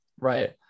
Right